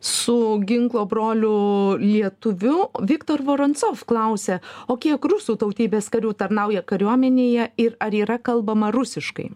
su ginklo broliu lietuviu viktor voroncov klausia o kiek rusų tautybės karių tarnauja kariuomenėje ir ar yra kalbama rusiškai